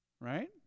Right